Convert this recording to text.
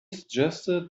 suggested